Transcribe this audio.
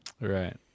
Right